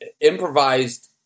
improvised